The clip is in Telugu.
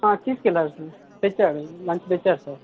ఆ తీసుకెళ్లాడు సార్ తెచ్చాడు లంచ్ తెచ్చాడు సార్